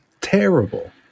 Terrible